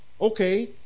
Okay